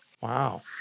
Wow